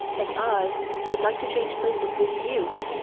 and i should like to change places with you.